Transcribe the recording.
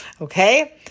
okay